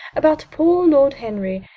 about poor lord henry.